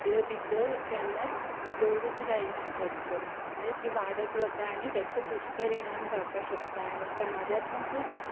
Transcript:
आपले भितर केन्नाच दवरूंक जायना टेंशना मागीर ती वाडत वता आनी ताचे दुशपरिणाम जावपाक शकता आनी समाजांत मागीर